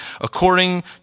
according